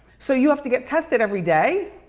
so you have to get tested everyday?